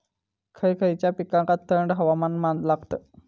खय खयच्या पिकांका थंड हवामान लागतं?